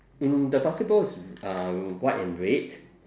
mm the basketball is uh white and red